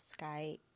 Skype